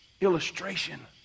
illustration